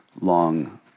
long